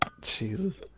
Jesus